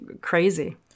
crazy